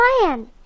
plan